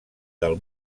del